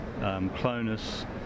clonus